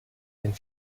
den